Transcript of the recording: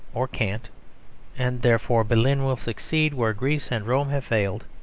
or can't and therefore berlin will succeed where greece and rome have failed.